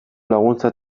laguntza